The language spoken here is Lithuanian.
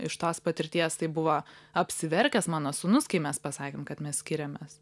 iš tos patirties tai buvo apsiverkęs mano sūnus kai mes pasakėm kad mes skiriamės